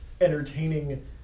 entertaining